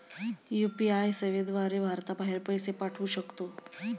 UPI सेवेद्वारे भारताबाहेर पैसे पाठवू शकतो